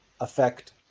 affect